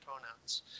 pronouns